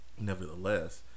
Nevertheless